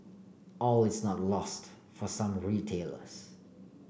all is not lost for some retailers